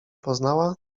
poznała